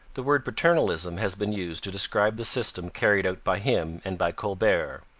the word paternalism has been used to describe the system carried out by him and by colbert.